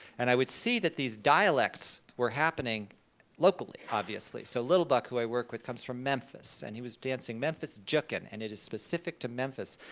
and i would see that these dialects were happening locally, obviously. so lil buck, who i work with comes from memphis, and he was dancing memphis jookin, and specific to memphis.